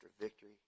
victory